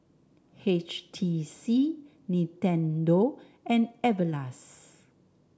H T C Nintendo and Everlast